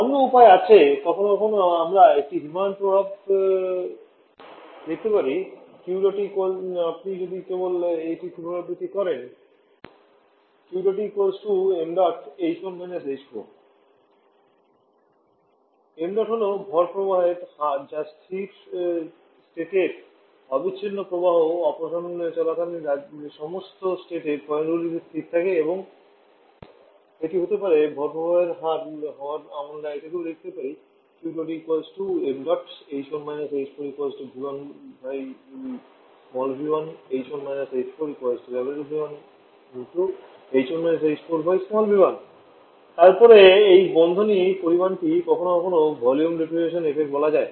অন্য উপায় আছে কখনও কখনও আমরা এটি হিমায়ন প্রভাব লিখতে পারি Q dot E আপনি যদি কেবল এটি পুনরাবৃত্তি করেন ṁ হল ভর প্রবাহের হার যা স্থির রাষ্ট্রের অবিচ্ছিন্ন প্রবাহ অপারেশন চলাকালীন সমস্ত রাজ্যের পয়েন্টগুলিতে স্থির থাকে এবং এটি হতে পারে ভর প্রবাহের হার হওয়ায় আমরা এটিকেও লিখতে পারি তারপরে এই বন্ধনী পরিমাণটিকে কখনও কখনও ভলিউম রেফ্রিজারেশন এফেক্ট বলা হয়